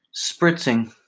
Spritzing